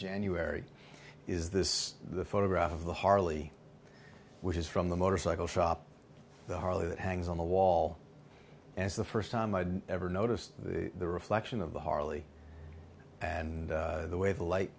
january is this the photograph of the harley which is from the motorcycle shop the harley that hangs on the wall and it's the first time i've ever noticed the reflection of the harley and the way the light